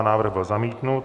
Návrh byl zamítnut.